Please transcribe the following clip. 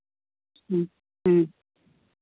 ह्म्म ह्म्म